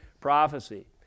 prophecy